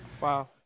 wow